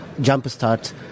jumpstart